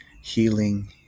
healing